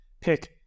pick